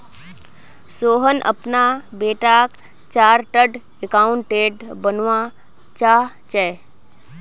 सोहन अपना बेटाक chartered accountant बनवा चाह्चेय